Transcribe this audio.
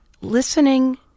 listening